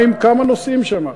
כמה נוסעים שם,